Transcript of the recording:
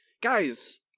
guys